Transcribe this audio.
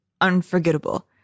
unforgettable